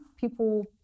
People